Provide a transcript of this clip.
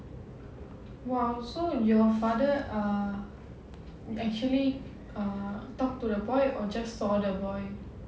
!wow! so your father ah actually ah talked to the boy or just saw the boy